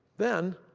then